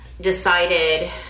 decided